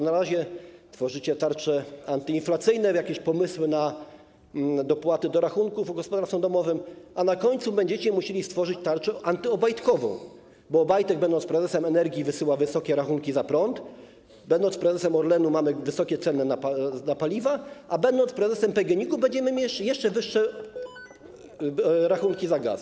Na razie tworzycie tarcze antyinflacyjne, jakieś pomysły na dopłaty do rachunków gospodarstwom domowym, a na końcu będziecie musieli stworzyć tarczę antyobajtkową, bo Obajtek, będąc prezesem Energi, wysyła wysokie rachunki za prąd, jest prezesem Orlenu i mamy wysokie ceny na paliwa, a gdy będzie prezesem PGNiG-u, będziemy mieli jeszcze wyższe rachunki za gaz.